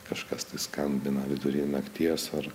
kažkas tai skambina vidury nakties ar